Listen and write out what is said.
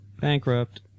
Bankrupt